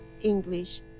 English